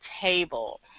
table